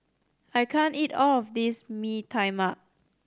I can't eat all of this Mee Tai Mak